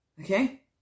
Okay